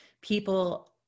people